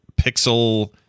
pixel